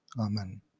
Amen